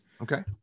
Okay